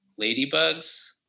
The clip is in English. ladybugs